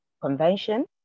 convention